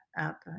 up